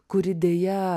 kuri deja